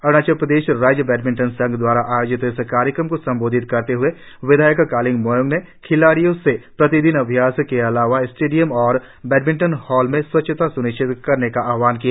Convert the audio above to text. अरुणाचल प्रदेश राज्य बैडमिंटन संघ द्वारा आयोजित इस कार्यक्रम को संबोधित करते हुए विधायक कालिंग मोयोंग ने खिलाड़ियों से प्रतिदिन अभ्यास के अलावा स्टेडियम और बैडमिंटन हॉल में स्वच्छता स्निश्चित करने का आहवान किया